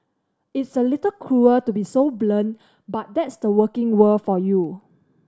it's a little cruel to be so blunt but that's the working world for you